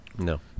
No